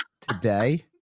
today